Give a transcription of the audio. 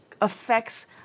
affects